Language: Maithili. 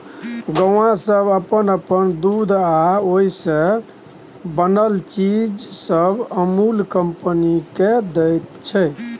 गौआँ सब अप्पन अप्पन दूध आ ओइ से बनल चीज सब अमूल कंपनी केँ दैत छै